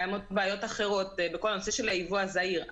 בעיות בנוגע לייבוא הזעיר.